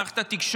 את מערכת התקשורת.